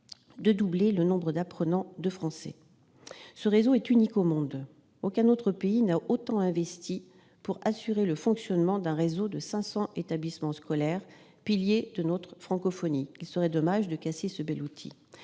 de doubler le nombre d'apprenants de français. Ce réseau est unique au monde. Aucun autre pays n'a tant investi pour assurer le fonctionnement d'un ensemble de 500 établissements scolaires, pilier de notre francophonie. Il serait dommage de casser ce bel outil